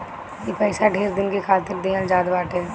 ई पइसा ढेर दिन के खातिर देहल जात बाटे